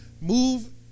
move